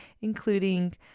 including